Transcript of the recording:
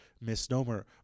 misnomer